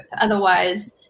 otherwise